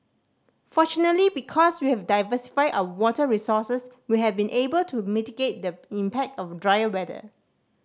fortunately because we have diversified our water resources we have been able to mitigate the impact of drier weather